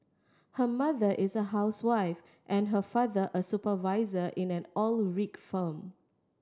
her mother is a housewife and her father a supervisor in an oil rig firm